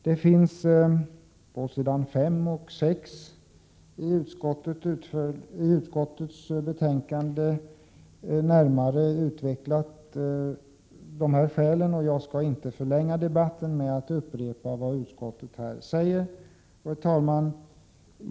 På s. 5 och 6 i utskottsbetänkandet finns dessa skäl närmare utvecklade, och jag skall inte förlänga debatten med att upprepa vad utskottet säger här. Herr talman!